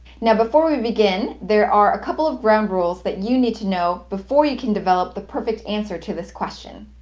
now before we begin, there are a couple of ground rules you need to know before you can develop the perfect answer to this question.